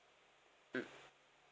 mm